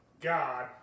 God